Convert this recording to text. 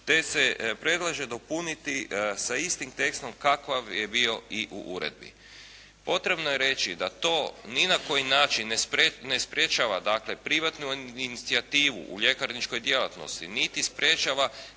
te se predlaže dopuniti sa istim tekstom kakav je bio i u uredbi. Potrebno je reći da to ni na koji način ne sprječava dakle, privatnu inicijativu u ljekarničkoj djelatnosti, niti sprječava